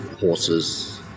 horses